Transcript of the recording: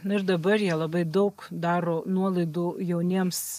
ir dabar jie labai daug daro nuolaidų jauniems